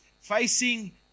facing